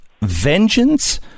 vengeance